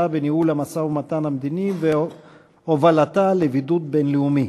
בניהול המשא-ומתן המדיני והובלתה לבידוד בין-לאומי.